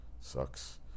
Sucks